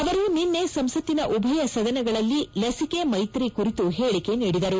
ಅವರು ನಿನ್ನೆ ಸಂಸತ್ತಿನ ಉಭಯ ಸದನಗಳಲ್ಲಿ ಲಿಕಿಕೆ ಮೈತ್ರಿ ಕುರಿತು ಹೇಳಿಕೆ ನೀಡಿದರು